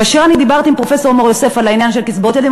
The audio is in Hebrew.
כאשר אני דיברתי עם פרופסור מור-יוסף על העניין של קצבאות ילדים,